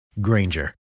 Granger